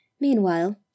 Meanwhile